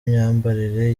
imyambarire